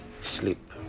sleep